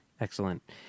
Excellent